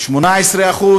18%,